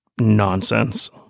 nonsense